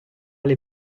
les